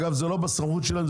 זה לא בסמכות שלהם,